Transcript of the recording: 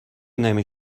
نمی